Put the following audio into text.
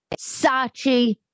Sachi